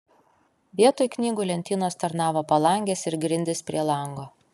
vietoj knygų lentynos tarnavo palangės ir grindys prie lango